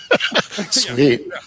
Sweet